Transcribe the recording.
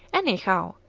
anyhow,